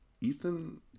Ethan